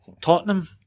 Tottenham